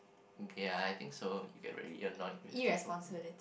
okay I I think so you get really annoyed with people